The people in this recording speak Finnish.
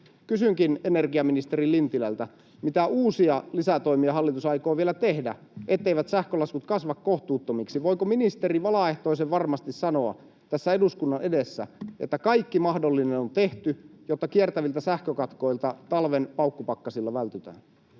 Kysynkin energiaministeri Lintilältä: Mitä uusia lisätoimia hallitus aikoo vielä tehdä, etteivät sähkölaskut kasva kohtuuttomiksi? Voiko ministeri valaehtoisen varmasti sanoa tässä eduskunnan edessä, että kaikki mahdollinen on tehty, jotta kiertäviltä sähkökatkoilta talven paukkupakkasilla vältytään?